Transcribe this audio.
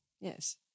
Yes